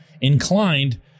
inclined